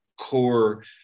core